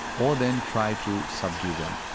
or then try to subdue them.